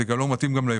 זה גם לא מתאים ליבואנים.